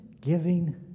giving